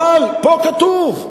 אבל פה כתוב,